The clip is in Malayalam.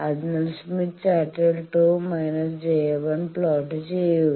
അതിനാൽ സ്മിത്ത് ചാർട്ടിൽ 2− j 1 പ്ലോട്ട് ചെയ്യുക